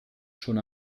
schon